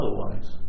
otherwise